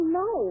no